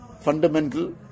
fundamental